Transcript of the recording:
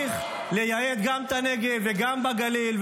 -- ואנחנו נמשיך לייהד גם את הנגב וגם בגליל.